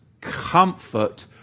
comfort